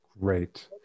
Great